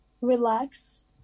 relax